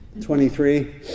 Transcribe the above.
Twenty-three